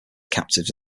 captives